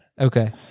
Okay